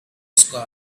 sky